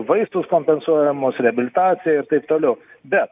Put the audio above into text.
vaistus kompensuojamus reabilitaciją ir taip toliau bet